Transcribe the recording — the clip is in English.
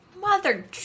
Mother